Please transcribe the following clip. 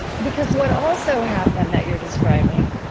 because what also happened that you're describing,